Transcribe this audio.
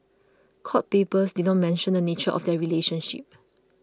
court papers did not mention the nature of their relationship